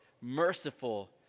merciful